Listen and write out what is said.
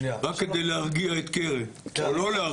מספר כללי, רק כדי להרגיע את קרן, או לא להרגיע.